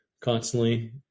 constantly